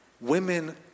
Women